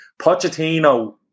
Pochettino